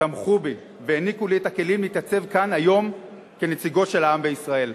תמכו בי והעניקו לי את הכלים להתייצב כאן היום כנציגו של העם בישראל.